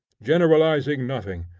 generalizing nothing,